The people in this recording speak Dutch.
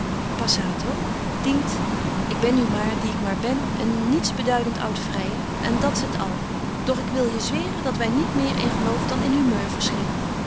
passato dient ik ben nu maar die ik maar ben een niets beduident oud vryer en dat's het al doch ik wil je zweren dat wy niet meer in geloof dan in humeur verschillen